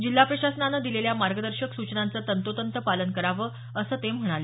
जिल्हा प्रशासनानं दिलेल्या मार्गदर्शक सूचनांचं तंतोतंत पालन करावं असं ते म्हणाले